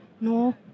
No